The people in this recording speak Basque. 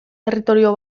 territorio